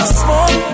smoke